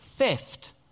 Theft